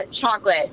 Chocolate